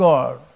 God